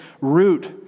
root